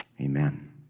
Amen